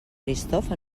eristoff